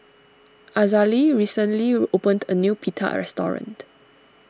Azalee recently opened a new Pita restaurant